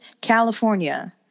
California